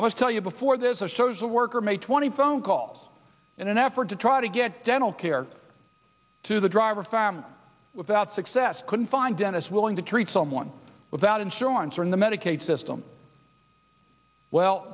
i must tell you before there's a social worker made twenty phone calls in an effort to try to get dental care to the driver family without success couldn't find dennis willing to treat someone without insurance or in the medicaid system well